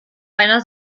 seiner